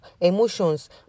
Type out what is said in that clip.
emotions